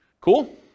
Cool